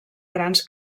grans